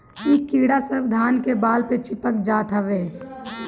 इ कीड़ा सब धान के बाल पे चिपक जात हवे